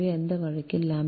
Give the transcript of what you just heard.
எனவே அந்த வழக்கில் ʎc 0